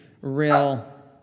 real